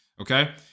okay